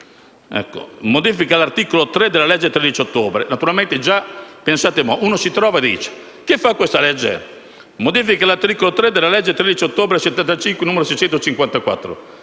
modifica all'articolo 3 della legge 13 ottobre